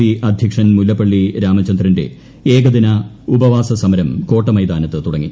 C അധ്യക്ഷൻ മുല്ലപ്പള്ളി രാമചന്ദ്രന്റെ ഏകദിന ഉപവാസ സമരം കോട്ടമൈതാനത്ത് തുടങ്ങി